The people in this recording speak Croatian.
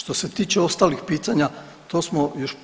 Što se tiče ostalih pitanja to smo još